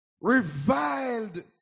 reviled